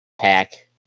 Pack